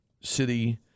city